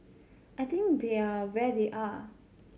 I think they are where they are